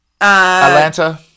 Atlanta